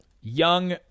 young